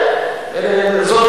בסדר, זה לא